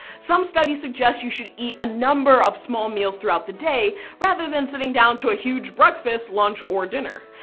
some studies suggest you should eat a number of small meals throughout the day, rather than sitting down to a huge breakfast, lunch or dinner.